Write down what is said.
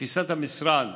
לתפיסת המשרד,